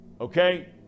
Okay